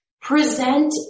present